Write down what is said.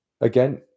again